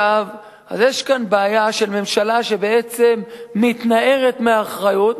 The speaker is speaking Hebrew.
יש כאן בעיה של ממשלה שבעצם מתנערת מאחריות,